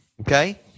okay